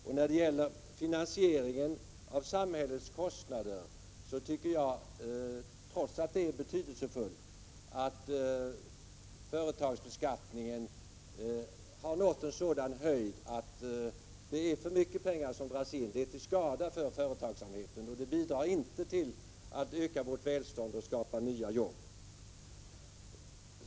Och när det gäller finansieringen av samhällets kostnader tycker jag — trots att detta är betydelsefullt — att företagsbeskattningen har nått en sådan höjd att för mycket pengar dras in. Det är till skada för företagsamheten och bidrar inte till att öka vårt välstånd och skapa nya jobb.